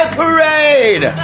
parade